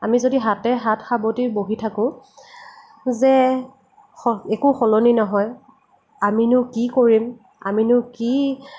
আমি যদি হাতে হাত সাৱতি বহি থাকোঁ যে একো সলনি নহয় আমিনো কি কৰিম আমিনো কি